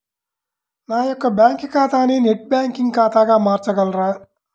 నా యొక్క బ్యాంకు ఖాతాని నెట్ బ్యాంకింగ్ ఖాతాగా మార్చగలరా?